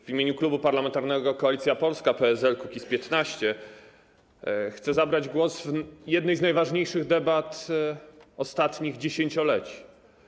W imieniu Klubu Parlamentarnego Koalicja Polska - PSL - Kukiz15 chcę zabrać głos w jednej z najważniejszych debat ostatnich dziesięcioleci.